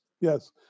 Yes